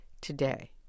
today